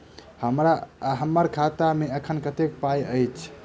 हम्मर खाता मे एखन कतेक पाई अछि?